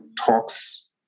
talks